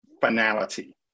finality